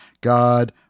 God